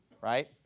right